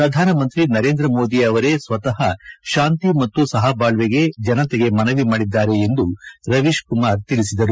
ಪ್ರಧಾನಮಂತ್ರಿ ನರೇಂದ್ರ ಮೋದಿ ಅವರೇ ಸ್ವತಃ ಶಾಂತಿ ಮತ್ತು ಸಹಬಾಳ್ವೆ ಜನತೆಗೆ ಮನವಿ ಮಾಡಿದ್ದಾರೆ ಎಂದು ರವೀಶ್ ಕುಮಾರ್ ತಿಳಿಸಿದ್ದಾರೆ